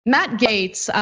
matt gaetz,